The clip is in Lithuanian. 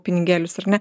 pinigėlius ar ne